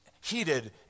heated